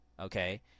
Okay